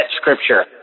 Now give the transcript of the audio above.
scripture